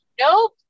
Nope